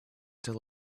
tell